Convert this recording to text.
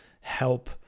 help